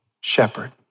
shepherd